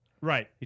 Right